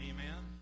Amen